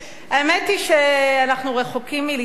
האמת היא שאנחנו רחוקים מלתמוך,